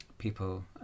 people